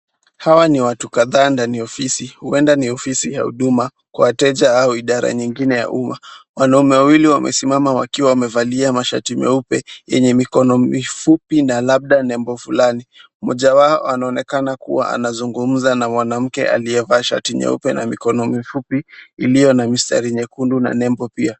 Hawa ni watu kadhaa ndani ya ofisi, huenda ni ofisi ya huduma kwa wateja au idara nyingine ya umma, wanaume wawili wamesimama wakiwa wamevalia mashati meupe yenye mikono mifupi na labda nembo fulani. Mmoja wao anaonekana kuwa anazungumza na mwanamke aliyevaa shati nyeupe ya mikono mifupi iliyo na mistari nyekundu na nembo pia.